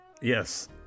Yes